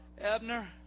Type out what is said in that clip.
Abner